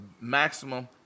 maximum